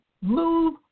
move